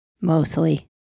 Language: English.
mostly